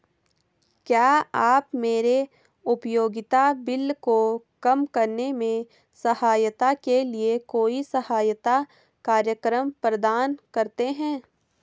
क्या आप मेरे उपयोगिता बिल को कम करने में सहायता के लिए कोई सहायता कार्यक्रम प्रदान करते हैं?